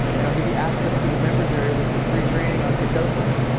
and i'll give you access to the members area with the free training on ketosis,